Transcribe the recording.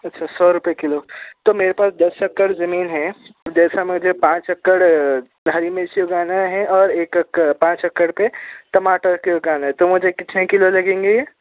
اچھا سو روپئے کلو تو میرے پاس دس اکڑ زمین ہے جیسا مجھے پانچ اکڑ ہری مرچی اگانا ہے اور ایک اکڑ پانچ اکڑ پہ ٹماٹر کے اگانا ہے تو مجھے کتنے کلو لگیں گے یہ